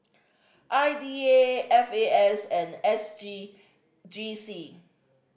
I D A F A S and S G G C